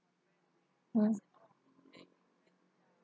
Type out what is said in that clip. mm